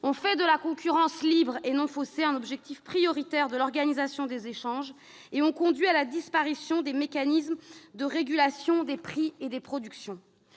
ont fait de la concurrence libre et non faussée un objectif prioritaire de l'organisation des échanges et ont conduit à la disparition des mécanismes de régulation des prix et des productions.